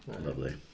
lovely